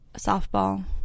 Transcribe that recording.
softball